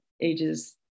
ages